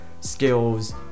skills